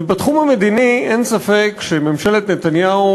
ובתחום המדיני אין ספק שממשלת נתניהו